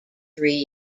three